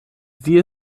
sie